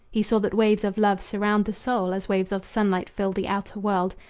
he saw that waves of love surround the soul as waves of sunlight fill the outer world,